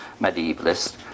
medievalist